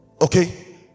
Okay